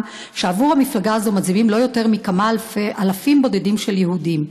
שעבור המפלגה הזאת מצביעים לא יותר מכמה אלפים בודדים של יהודים.